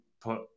put